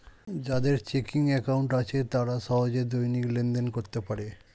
যাদের checking account আছে তারা সহজে দৈনিক লেনদেন করতে পারে